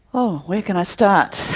oh, where can i start?